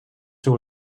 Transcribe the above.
zur